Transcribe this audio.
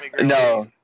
No